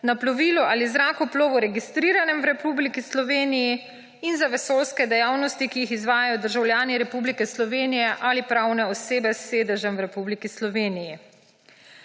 na plovilu ali zrakoplovu, registriranem v Republiki Sloveniji, in za vesoljske dejavnosti, ki jih izvajajo državljani Republike Slovenije ali pravne osebe s sedežem v Republiki Sloveniji.